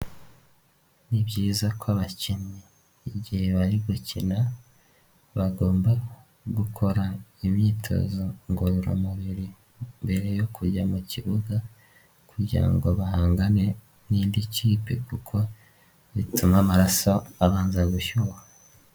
Ni byiza ko abakinnyi igihe bari gukina bagomba gukora imyitozo ngororamubiri mbere yo kujya mu kibuga kugira ngo bahangane n'indi kipe kuko bituma amaraso abanza gushyuha.